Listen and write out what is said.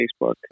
Facebook